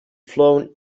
flown